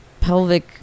pelvic